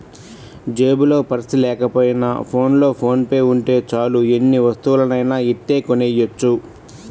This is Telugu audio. జేబులో పర్సు లేకపోయినా ఫోన్లో ఫోన్ పే ఉంటే చాలు ఎన్ని వస్తువులనైనా ఇట్టే కొనెయ్యొచ్చు